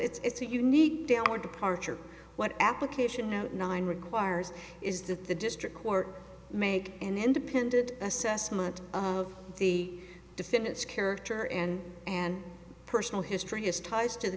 requires its unique downward departure what application no nine requires is that the district court make an independent assessment of the defendant's character and an personal history his ties to the